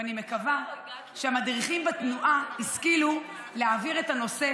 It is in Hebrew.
ואני מקווה שהמדריכים בתנועה השכילו להעביר את הנושא